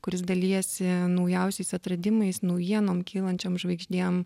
kuris dalijasi naujausiais atradimais naujienom kylančiom žvaigždėm